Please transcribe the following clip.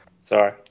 Sorry